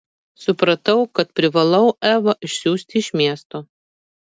supratau kad privalau evą išsiųsti iš miesto